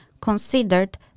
considered